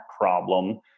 problem